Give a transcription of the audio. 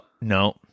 no